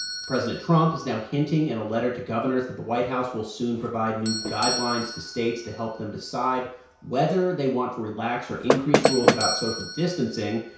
president trump is now hinting in a letter to governors that the white house will soon provide new guidelines to states to help them decide whether they want to relax or increase rules about social distancing.